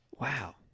Wow